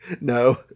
No